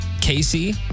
Casey